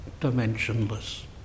dimensionless